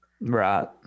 right